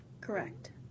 Correct